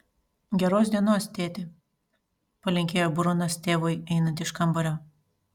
geros dienos tėti palinkėjo brunas tėvui einant iš kambario